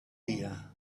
dia